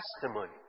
testimony